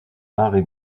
henry